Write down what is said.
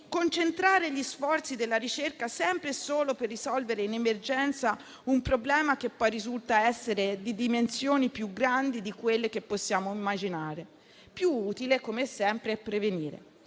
concentrare gli sforzi della ricerca sempre e solo per risolvere in emergenza un problema che poi risulta essere di dimensioni maggiori di quelle che possiamo immaginare. Come sempre, è più utile